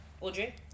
Audrey